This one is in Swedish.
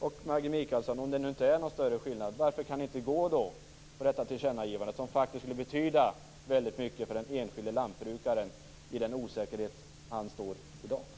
Om det nu inte är någon större skillnad, Maggi Mikaelsson, varför kan ni då inte gå med på detta tillkännagivande, som skulle betyda väldigt mycket för den enskilde lantbrukaren med den osäkerhet som han i dag känner?